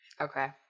Okay